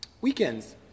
Weekends